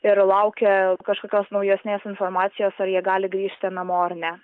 ir laukia kažkokios naujesnės informacijos ar jie gali grįžti namo ar ne